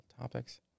topics